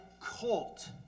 colt